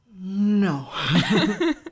No